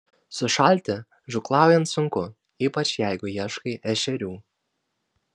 sušalti žūklaujant sunku ypač jeigu ieškai ešerių